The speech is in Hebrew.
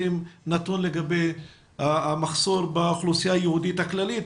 נתון לגבי המחסור באוכלוסייה היהודית הכללית,